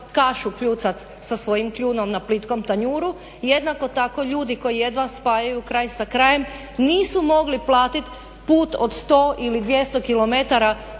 kašu kljucat sa svojim kljunom na plitkom tanjuru. Jednako tako ljudi koji spajaju kraj sa krajem nisu mogli platiti put od sto ili 200 km